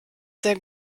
sehr